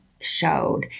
showed